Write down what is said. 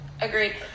Agreed